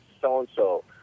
so-and-so